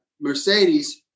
Mercedes